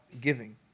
giving